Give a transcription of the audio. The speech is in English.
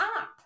up